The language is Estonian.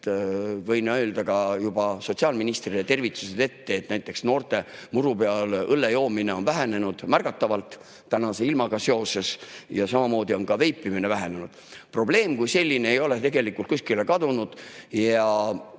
Võin öelda ka juba sotsiaalministrile tervitused ette, et näiteks noorte muru peal õlle joomine on vähenenud märgatavalt tänase ilmaga seoses, samamoodi on veipimine vähenenud. Probleem kui selline ei ole tegelikult kuskile kadunud ja